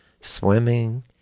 swimming